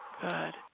Good